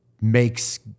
makes